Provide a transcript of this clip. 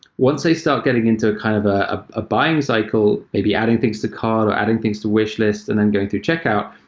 once they start getting into a kind of ah ah a buying cycle, maybe adding things to cart or adding things to wish list and then going through checkout,